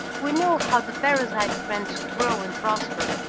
we know how the parasite plants grow and prosper.